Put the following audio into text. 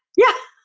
yeah,